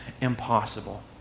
impossible